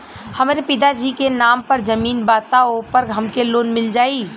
हमरे पिता जी के नाम पर जमीन बा त ओपर हमके लोन मिल जाई?